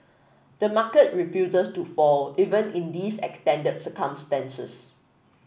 the market refuses to fall even in these extended circumstances